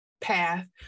path